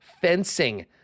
fencing